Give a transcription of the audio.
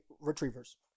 Retrievers